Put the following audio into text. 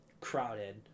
crowded